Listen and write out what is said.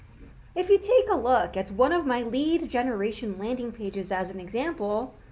if you take a look at one of my lead generation landing pages as an example,